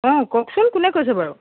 অঁ কওকচোন কোনে কৈছে বাৰু